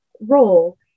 role